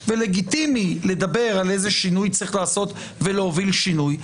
לגיטימי לדבר על איזה שינוי צריך לעשות ולהוביל שינוי.